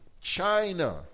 China